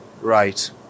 Right